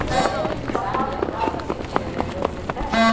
हम एक किसान हिए हमरा मवेसी किनैले लोन मिलतै?